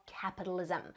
capitalism